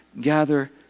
gather